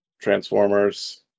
Transformers